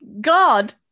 God